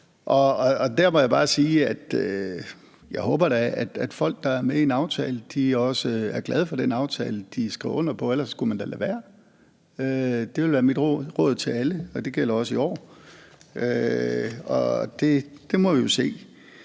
da håber, at folk, der er med i en aftale, også er glade for den aftale, de skriver under på. Ellers skal man da lade være. Det vil være mit råd til alle, og det gælder også i år. Det må vi jo se.